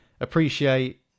appreciate